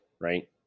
right